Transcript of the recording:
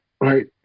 right